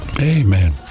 Amen